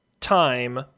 time